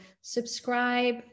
subscribe